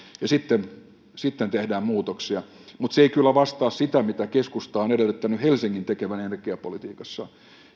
ja sitten sitten tehdään muutoksia mutta se ei kyllä vastaa sitä mitä keskusta on edellyttänyt helsingin tekevän energiapolitiikassa